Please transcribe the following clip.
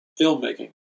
filmmaking